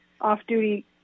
off-duty